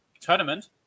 tournament